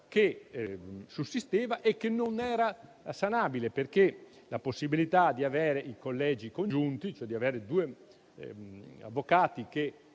che sussisteva e che non era sanabile, perché la possibilità di avere i collegi congiunti, cioè due avvocati che